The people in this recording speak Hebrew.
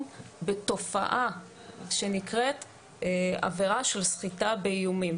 בתופעה שנקראת עבירה של סחיטה באיומים.